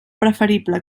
preferible